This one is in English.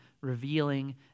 revealing